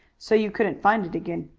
so you couldn't find it again.